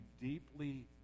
deeply